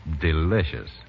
Delicious